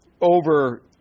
over